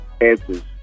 answers